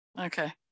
okay